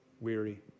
weary